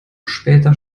später